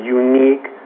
unique